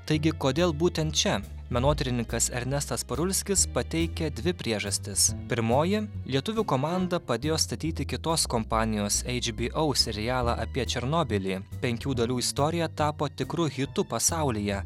taigi kodėl būtent čia menotyrininkas ernestas parulskis pateikia dvi priežastis pirmoji lietuvių komanda padėjo statyti kitos kompanijos hbo serialą apie černobylį penkių dalių istorija tapo tikru hitu pasaulyje